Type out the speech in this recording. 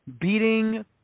Beating